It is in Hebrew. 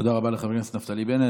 תודה רבה לחבר הכנסת נפתלי בנט.